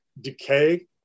decay